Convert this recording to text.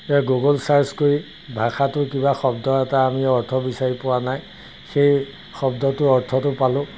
Google search কৰি ভাষাটোৰ কিবা শব্দ এটা আমি অৰ্থ বিচাৰি পোৱা নাই সেই শব্দটোৰ অৰ্থটো পালোঁ